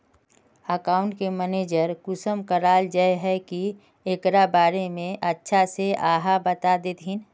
Account के manage कुंसम कराल जाय है की एकरा बारे में अच्छा से आहाँ बता देतहिन?